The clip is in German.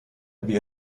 wie